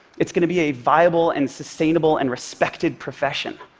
it's going to be a viable and sustainable and respected profession.